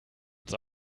ins